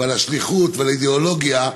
ועל השליחות, ועל האידיאולוגיה,